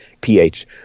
PH